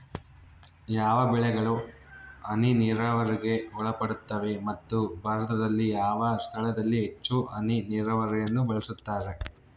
ಯಾವ ಬೆಳೆಗಳು ಹನಿ ನೇರಾವರಿಗೆ ಒಳಪಡುತ್ತವೆ ಮತ್ತು ಭಾರತದಲ್ಲಿ ಯಾವ ಸ್ಥಳದಲ್ಲಿ ಹೆಚ್ಚು ಹನಿ ನೇರಾವರಿಯನ್ನು ಬಳಸುತ್ತಾರೆ?